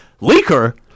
Leaker